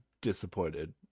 disappointed